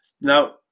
Now